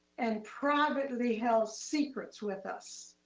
and privately held secrets with us.